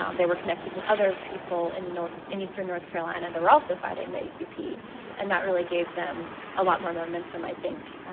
um they were connected with other people in north and eastern north carolina. they're also fighting the acp and that really gave them a lot more momentum, i think,